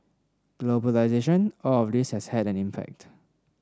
globalisation all of this has had an impact